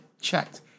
checked